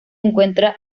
encuentra